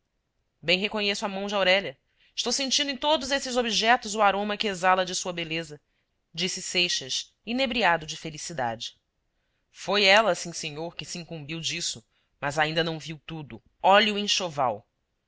bem reconheço a mão de aurélia estou sentindo em todos estes objetos o aroma que exala de sua beleza disse seixas inebriado de felicidade foi ela sim senhor que se incumbiu disso mas ainda não viu tudo olhe o enxoval